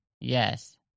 Yes